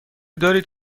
دارید